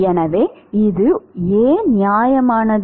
எனவே இது ஏன் நியாயமானது